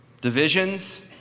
divisions